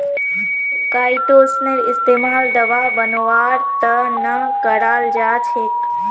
काईटोसनेर इस्तमाल दवा बनव्वार त न कराल जा छेक